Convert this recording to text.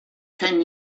ten